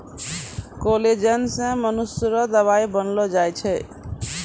collagen से मनुष्य रो दवाई बनैलो जाय छै